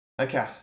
Okay